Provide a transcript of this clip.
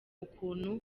ukuntu